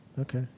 Okay